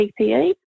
PPE